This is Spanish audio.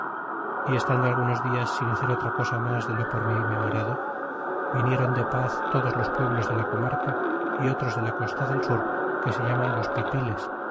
é estando algunos dias sin hacer cosa mas de lo por mi memorado vinieron de paz todos los pueblos de la comarca y otros de la costa del sur que se llaman los pipiles